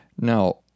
Now